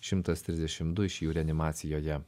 šimtas trisdešim du iš jų reanimacijoje